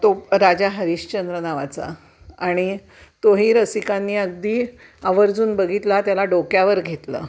तो राजा हरिश्चंद्र नावाचा आणि तोही रसिकांनी अगदी आवर्जून बघितला त्याला डोक्यावर घेतलं